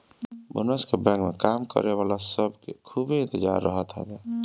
bonus के bank में काम करे वाला सब के खूबे इंतजार रहत हवे